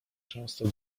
często